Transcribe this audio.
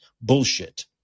bullshit